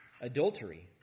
adultery